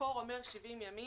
במקור נאמר "70 ימים".